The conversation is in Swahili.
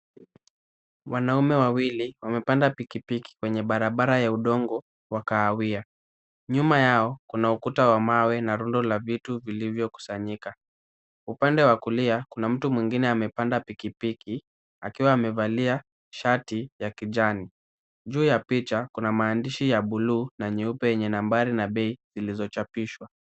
Wanaume wawili wamepanda pikipiki kwenye barabara ya udongo wa kahawia. Nyuma yao kuna ukuta wa mawe na rundo la vitu vilivyokusanyika. Upande wa kulia kuna mtu mwingine amepanda pikipiki, akiwa amevalia shati la kijani. Juu ya picha kuna maandishi ya bluu na nyeupe yenye nambari na bei zilizochapishwa.